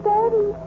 Daddy